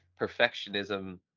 perfectionism